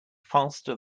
faster